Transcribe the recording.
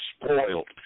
spoiled